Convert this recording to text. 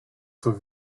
für